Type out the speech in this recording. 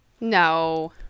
No